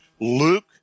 Luke